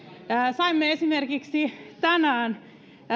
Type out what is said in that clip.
saimme esimerkiksi tänään